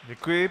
Děkuji.